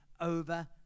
over